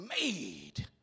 made